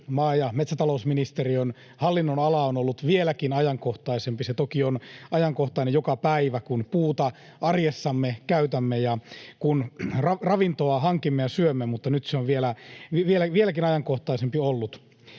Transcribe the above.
maa‑ ja metsätalousministeriön hallinnonala on ollut vieläkin ajankohtaisempi. Se toki on ajankohtainen joka päivä, kun puuta arjessamme käytämme ja kun ravintoa hankimme ja syömme, mutta nyt se on ollut vieläkin ajankohtaisempi.